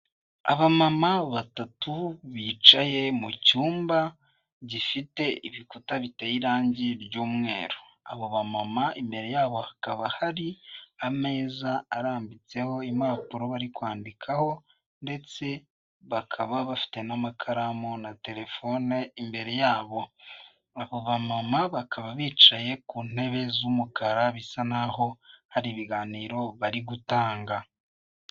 Abamama batatu bicaye mu cyumba gifite ibikuta biteye irangi ry'umweru, abo bamama imbere yabo hakaba hari ameza arambitseho impapuro bari kwandikaho ndetse bakaba bafite n'amakaramu na terefone imbere yabo, abo bamama bakaba bicaye ku ntebe z'umukara bisa nkaho hari ibiganiro bari gutanga.